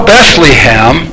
Bethlehem